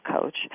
coach